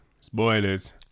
spoilers